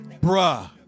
bruh